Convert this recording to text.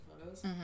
photos